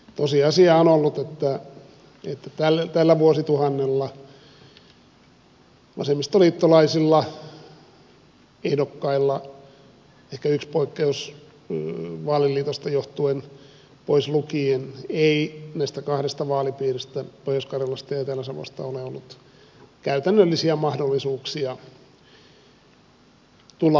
tosiasiahan on ollut että tällä vuosituhannella vasemmistoliittolaisilla ehdokkailla ehkä yksi poikkeus vaaliliitosta johtuen pois lukien ei näistä kahdesta vaalipiiristä pohjois karjalasta ja etelä savosta ole ollut käytännöllisiä mahdollisuuksia tulla valituksi